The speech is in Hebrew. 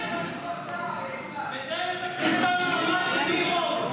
בכניסה לניר עוז.